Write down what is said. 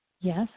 Yes